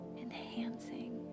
enhancing